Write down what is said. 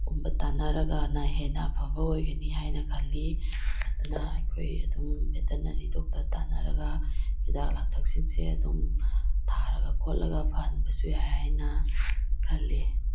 ꯒꯨꯝꯕ ꯇꯥꯟꯅꯔꯒꯅ ꯍꯦꯟꯅ ꯑꯐꯕ ꯑꯣꯏꯒꯅꯤ ꯍꯥꯏꯅ ꯈꯜꯂꯤ ꯑꯗꯨꯅ ꯑꯩꯈꯣꯏ ꯑꯗꯨꯝ ꯕꯦꯇꯅꯔꯤ ꯗꯣꯛꯇꯔ ꯇꯥꯟꯅꯔꯒ ꯍꯤꯗꯥꯛ ꯂꯥꯡꯊꯛꯁꯤꯡꯁꯦ ꯑꯗꯨꯝ ꯊꯥꯔꯒ ꯈꯣꯠꯂꯒ ꯐꯍꯟꯕꯁꯨ ꯌꯥꯏ ꯍꯥꯏꯅ ꯈꯜꯂꯤ